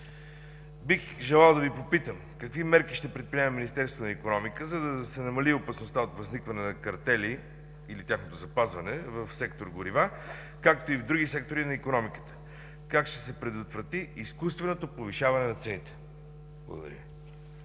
Бих желал да Ви попитам: какви мерки ще предприеме Министерството на икономиката, за да се намали опасността от възникване на картели, или тяхното запазване, в сектор „Горива”, както и в други сектори на икономиката? Как ще се предотврати изкуственото повишаване на цените? Благодаря